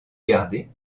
gardé